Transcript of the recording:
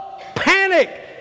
panic